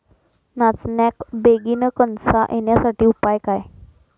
नाचण्याक बेगीन कणसा येण्यासाठी उपाय काय?